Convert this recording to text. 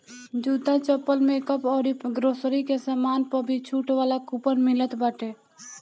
जूता, चप्पल, मेकअप अउरी ग्रोसरी के सामान पअ भी छुट वाला कूपन मिलत बाटे